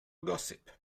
gossip